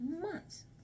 months